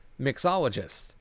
mixologist